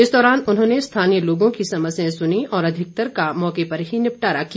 इस दौरान उन्होंने स्थानीय लोगों की समस्याएं सुनी और अधिकतर का मौके पर ही निपटारा किया